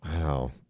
Wow